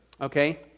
Okay